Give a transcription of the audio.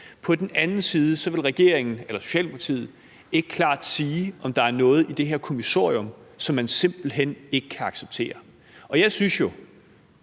På den anden side vil Socialdemokratiet ikke klart sige, om der er noget i det her kommissorium, som man simpelt hen ikke kan acceptere. Og jeg synes jo,